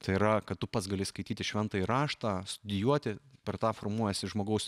tai yra kad tu pats gali skaityti šventąjį raštą studijuoti per tą formuojasi žmogaus